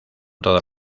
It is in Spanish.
todas